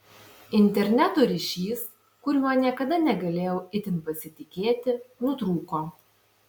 interneto ryšys kuriuo niekada negalėjau itin pasitikėti nutrūko